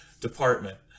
department